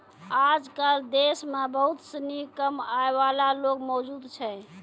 आजकल देश म बहुत सिनी कम आय वाला लोग मौजूद छै